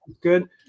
good